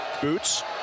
Boots